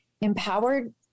empowered